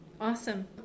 awesome